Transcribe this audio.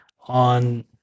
on